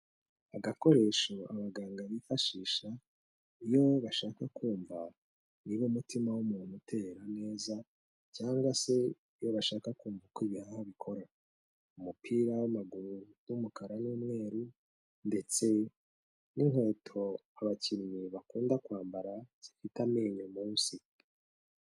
Agakoresho abaganga bifashisha, iyo bashaka kumva niba umutima w'umuntu utera neza cyangwa se iyo bashaka kumva uko ibihaha bikora. Umupira w'amaguru w'umukara n'umweru ndetse n'inkweto abakinnyi bakunda kwambara zifite amenyo munsi.